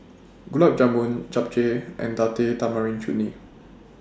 Gulab Jamun Japchae and Date Tamarind Chutney